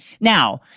Now